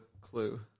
clue